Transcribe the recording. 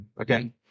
Okay